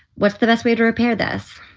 what's the best way to repair this?